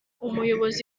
umuyobozi